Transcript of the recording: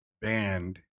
band